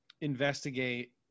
investigate